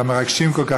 המרגשים כל כך,